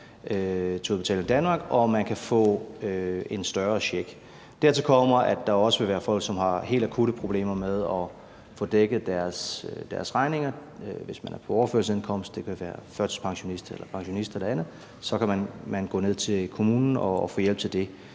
til Udbetaling Danmark, og man kan få en større check. Dertil kommer, at der også vil være folk, som har helt akutte problemer med at få dækket deres regninger. Det kan være, hvis man er på overførselsindkomst, det kan være førtidspensionister eller pensionister eller andet. Så kan man gå ned til kommunen og få hjælp til det,